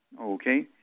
Okay